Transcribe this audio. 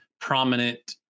prominent